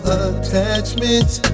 attachments